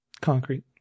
Concrete